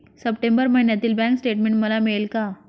September महिन्यातील bank statement मला मिळेल का?